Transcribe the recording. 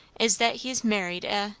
is that he's married a